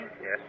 Yes